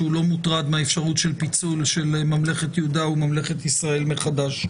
שהוא לא מוטרד מהאפשרות של פיצול של ממלכת יהודה וממלכת ישראל מחדש.